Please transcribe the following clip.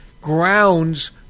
grounds